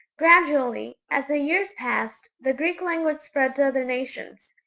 gradually, as the years passed, the greek language spread to other nations,